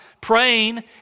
Praying